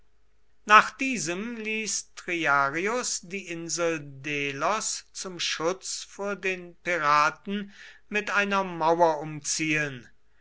nach diesem ließ triarius die insel delos zum schutz vor den piraten mit einer mauer umziehen